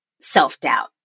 self-doubt